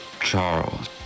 Charles